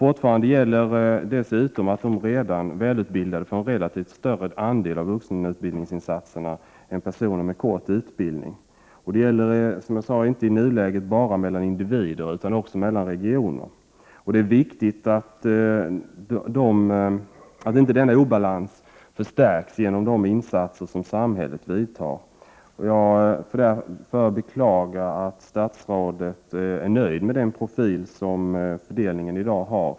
Fortfarande gäller dessutom att de redan väl utbildade får en relativt sett större andel av vuxenutbildningsinsatserna än personer med kort utbildning. Det gäller i dagsläget inte bara mellan individer utan också mellan regioner, som sagt. Det är viktigt att inte denna obalans förstärks genom samhällets insatser. Jag får därför beklaga att statsrådet är nöjd med den profil som fördelningen i dag har.